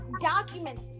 documents